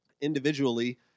Individually